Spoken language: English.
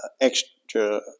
extra